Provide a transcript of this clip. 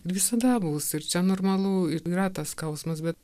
visada bus ir čia normalu ir yra tas skausmas bet